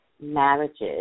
marriages